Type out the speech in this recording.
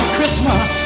Christmas